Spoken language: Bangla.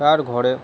তার ঘরে